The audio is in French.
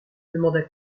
demanda